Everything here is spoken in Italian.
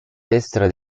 destra